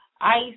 ice